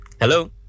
Hello